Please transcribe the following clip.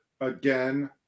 again